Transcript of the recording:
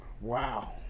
Wow